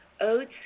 oats